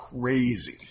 crazy